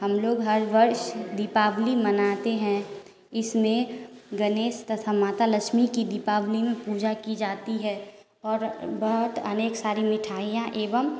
हम लोग हर वर्ष दीपावली मनाते हैं इसमें गणेश तथा माता लक्ष्मी की भी दीपावली में पूजा की जाती है और बहुत अनेक सारी मिठाइयाँ एवं